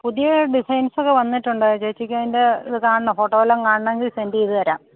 പുതിയ ഡിസൈൻസൊക്കെ വന്നിട്ടുണ്ട് ചേച്ചിക്കതിൻ്റെ ഇത് കാണണോ ഫോട്ടോ വല്ലതും കാണണമെങ്കില് സെൻഡേയ്തു തരാം